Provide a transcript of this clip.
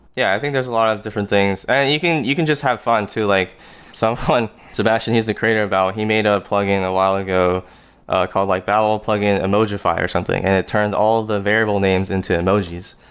yeah, i think there's a lot of different things. and you can you can just have fun too. like so sebastian, he's the creator. ah ah he made a plugin a while ago called like babel plugin, emoji fly or something, and it turned all the variable names into emojis,